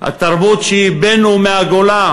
התרבות שייבאנו מהגולה,